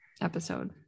Episode